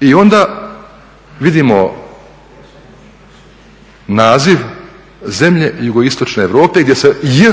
I onda vidimo naziv zemlje Jugoistočne Europe gdje se J